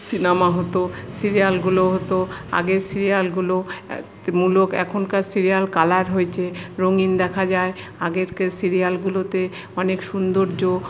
cinema হতো সিরিয়ালগুলো হতো আগে সিরিয়ালগুলো মূলক এখনকার সিরিয়াল কালার হয়েছে রঙিন দেখা যায় আগেকার সিরিয়ালগুলোতে অনেক সৌন্দর্য